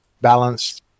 balanced